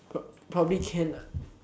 pro~ probably can ah